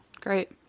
great